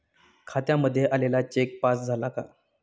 खात्यामध्ये आलेला cheque pass झाला का?